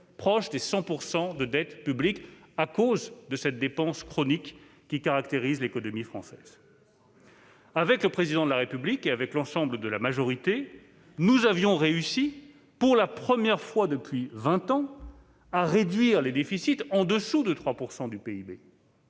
près de 100 % du PIB à cause de cette dépense chronique qui caractérise l'économie française. Avec le Président de la République et l'ensemble de la majorité, nous avions réussi, pour la première fois depuis vingt ans, à réduire le déficit au-dessous de 3 % du PIB.